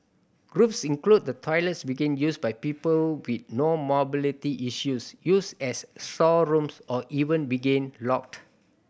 groups include the toilets begin used by people with no mobility issues used as storerooms or even being locked